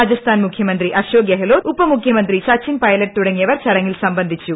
രാജസ്ഥാൻ മുഖ്യമന്ത്രി അശോക് ഗഹ്ലോട്ട് ഉപമുഖ്യമന്ത്രി സച്ചിൻ പൈലറ്റ് തുടങ്ങിയവർ ചടങ്ങിൽ സംബന്ധിച്ചു